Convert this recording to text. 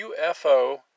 UFO